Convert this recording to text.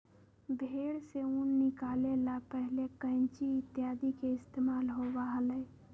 भेंड़ से ऊन निकाले ला पहले कैंची इत्यादि के इस्तेमाल होबा हलय